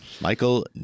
Michael